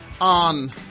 on